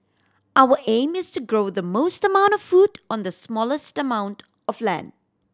our aim is to grow the most amount of food on the smallest amount of land